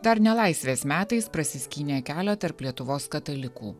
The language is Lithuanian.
dar nelaisvės metais prasiskynė kelią tarp lietuvos katalikų